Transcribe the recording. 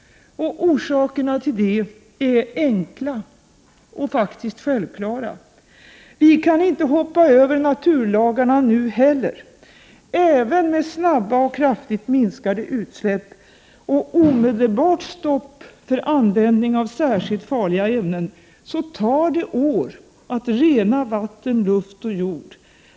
Orsakerna är enkla och självklara: Vi kan inte hoppa över naturlagarna nu heller! Även med snabba och kraftigt minskade utsläpp och omedelbart stopp för användning av särskilt farliga ämnen tar det år att rena vatten, luft och jord.